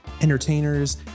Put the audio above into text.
entertainers